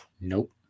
nope